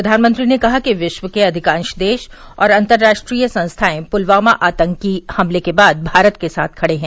प्रधानमंत्री ने कहा कि विश्व के अधिकांश देश और अंतर्राष्ट्रीय संस्थाएं पुलवामा आतंकी हमले के मामले के बाद भारत के साथ खडे हैं